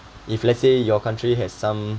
if let's say your country has some